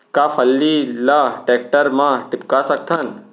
का फल्ली ल टेकटर म टिपका सकथन?